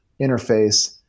interface